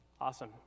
Awesome